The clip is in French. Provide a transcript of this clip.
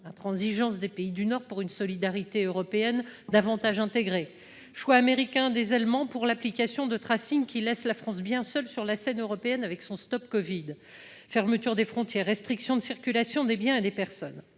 intransigeance des pays du Nord à l'égard d'une solidarité européenne plus intégrée, choix américain des Allemands pour l'application de qui laisse la France bien seule sur la scène européenne avec son StopCovid, fermeture des frontières, restrictions de circulation pour les biens et les personnes